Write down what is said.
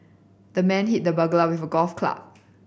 the man hit the burglar with a golf club